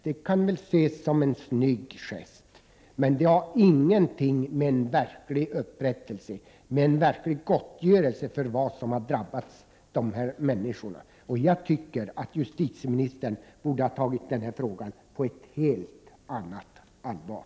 Det kan ses som en snygg gest, men det har ingenting att göra med en verklig upprättelse och en verklig gottgörelse för det som har drabbat dessa människor. Jag tycker att justitieministern borde ha tagit denna fråga på större allvar.